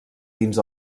dins